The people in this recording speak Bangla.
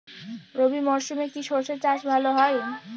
রবি মরশুমে কি সর্ষে চাষ ভালো হয়?